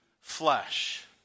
flesh